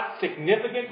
significant